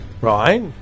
right